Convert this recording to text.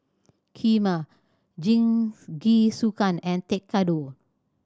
Kheema Jingisukan and Tekkadon